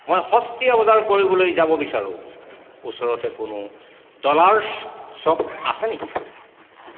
মই সস্তীয়া বজাৰ কৰিবলৈ যাব বিচাৰোঁ ওচৰতে কোনো ডলাৰছ্ শ্ব'প আছে নেকি